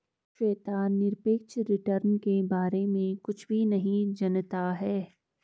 श्वेता निरपेक्ष रिटर्न के बारे में कुछ भी नहीं जनता है